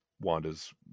wanda's